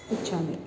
इच्छामि